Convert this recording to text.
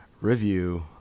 review